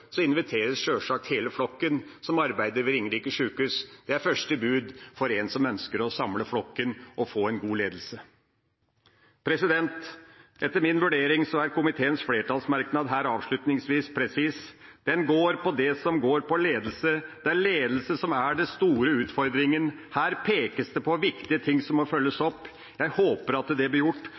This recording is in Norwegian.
inviteres sjølsagt hele flokken som arbeider ved Ringerike sykehus. Det er første bud for en som ønsker å samle flokken og få en god ledelse. Etter min vurdering er komiteens flertallsmerknad her avslutningsvis presis. Den går på det som går på ledelse. Det er ledelse som er den store utfordringen. Her pekes det på viktige ting som må følges opp. Jeg håper at det blir gjort